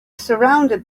surrounded